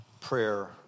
prayer